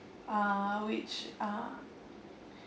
uh which are